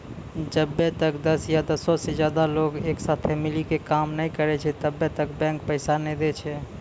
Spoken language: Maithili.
जब्बै तक दस या दसो से ज्यादे लोग एक साथे मिली के काम नै करै छै तब्बै तक बैंक पैसा नै दै छै